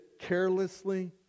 carelessly